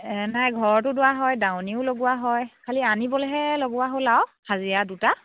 এই নাই ঘৰতো দোৱা হয় দাৱনীও লগোৱা হয় খালি আনিবলৈহে লগোৱা হ'ল আৰু হাজিৰা দুটা